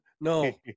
No